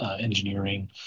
engineering